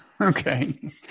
Okay